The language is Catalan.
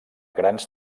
grans